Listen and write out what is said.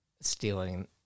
stealing